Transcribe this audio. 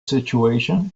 situation